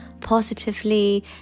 positively